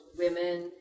women